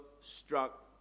struck